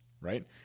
right